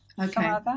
Okay